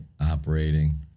operating